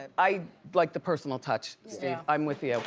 i like the personal touch steve, i'm with you.